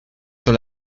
sur